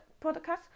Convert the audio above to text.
podcast